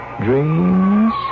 dreams